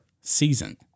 season